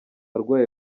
arwaye